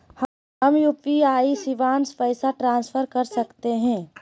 हम यू.पी.आई शिवांश पैसा ट्रांसफर कर सकते हैं?